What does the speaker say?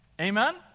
amen